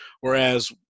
Whereas